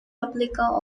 replica